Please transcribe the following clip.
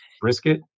brisket